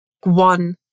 one